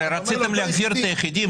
הרי רציתם להחזיר את היחידים.